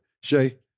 Shay